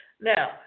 Now